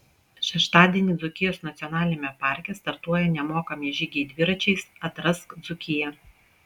šeštadienį dzūkijos nacionaliniame parke startuoja nemokami žygiai dviračiais atrask dzūkiją